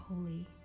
holy